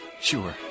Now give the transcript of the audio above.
Sure